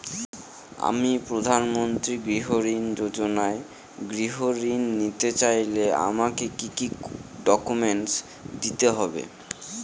আমি প্রধানমন্ত্রী গৃহ ঋণ যোজনায় গৃহ ঋণ নিতে চাই আমাকে কি কি ডকুমেন্টস দিতে হবে?